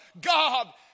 God